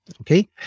Okay